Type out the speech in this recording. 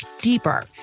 deeper